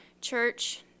church